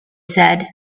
said